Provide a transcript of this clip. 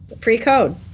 pre-code